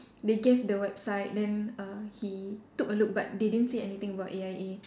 they guess the website then uh he took a look but they didn't say anything about A_I_A